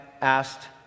asked